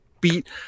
beat